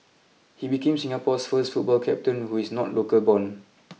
he became Singapore's first football captain who is not local born